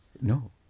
No